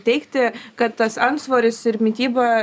teigti kad tas antsvoris ir mityba